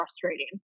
frustrating